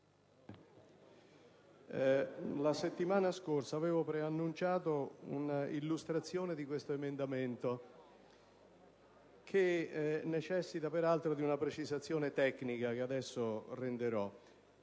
la settimana scorsa avevo preannunciato un'illustrazione dell'emendamento 32.202, che necessita peraltro di una precisazione tecnica, che adesso renderò.